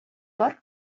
бар